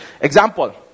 Example